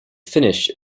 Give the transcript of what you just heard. finish